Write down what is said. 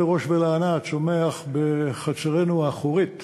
ראש ולענה שצומח בחצרנו האחורית